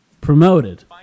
promoted